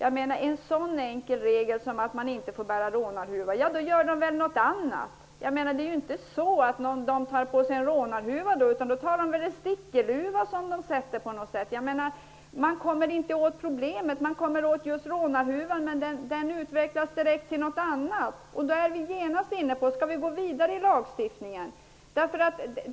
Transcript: Om det införs en sådan enkel regel som att demonstranterna inte får bära rånarhuva, då gör de väl något annat, tar på sig en stickeluva eller något annat som kan användas för att dölja ansiktet. Vi kommer inte åt problemet. Vi kommer åt just rånarhuvan, men den utvecklas direkt till något annat. Skall vi då gå vidare i lagstiftningen?